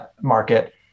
market